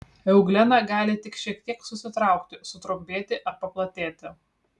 euglena gali tik šiek tiek susitraukti sutrumpėti ir paplatėti